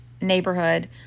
neighborhood